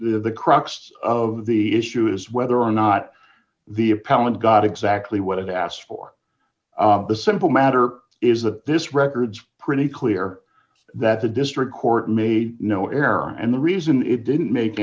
the crux of the issue is whether or not the appellant got exactly what it asked for the simple matter is that this record's pretty clear that the district court made no error and the reason it didn't make